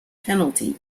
penalty